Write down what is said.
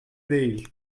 değil